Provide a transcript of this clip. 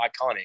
iconic